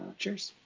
cheers.